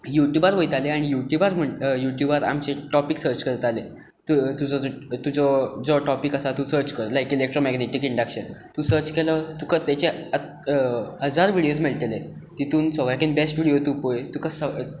युट्यूबार वयताले आनी युट्यूबार आमचे टॉपिक सर्च करताले तुजो जो टॉपिक आसा तो तूं सर्च कर लायक इलॅक्ट्रोमॅगनेटिक इन्डकशन तूं सर्च केलो तुका ताचे हजार विडियोज मेळटले तितूंत सगळ्यांकून बॅस्ट विडियो तूं पळय